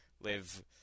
live